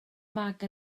mag